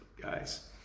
guys